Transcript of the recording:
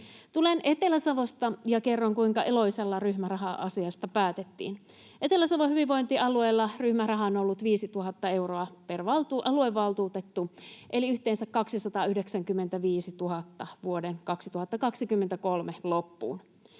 Tulen Etelä-Savosta ja kerron, kuinka Eloisalla ryhmäraha-asiasta päätettiin. Etelä-Savon hyvinvointialueella ryhmäraha on ollut 5 000 euroa per aluevaltuutettu, eli yhteensä 295 000 vuoden 2023 loppuun.